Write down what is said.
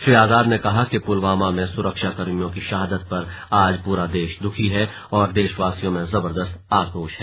श्री आजाद ने कहा कि पुलवामा में सुरक्षाकर्मियों की शहादत पर आज पूरा देश दुखी है और देशवासियों में जबर्दस्त आक्रोश है